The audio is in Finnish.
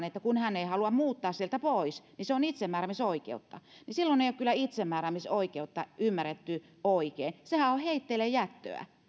että kun hän ei halua muuttaa sieltä pois niin se on itsemääräämisoikeutta niin silloin ei ole kyllä itsemääräämisoikeutta ymmärretty oikein sehän on heitteillejättöä